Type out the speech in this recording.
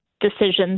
decisions